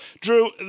drew